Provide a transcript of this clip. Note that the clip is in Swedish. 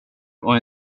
och